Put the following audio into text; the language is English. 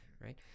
right